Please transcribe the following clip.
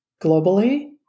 globally